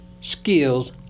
skills